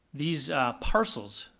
these parcels,